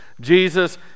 jesus